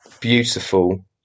beautiful